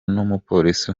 n’umupolisi